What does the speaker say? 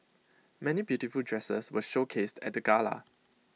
many beautiful dresses were showcased at the gala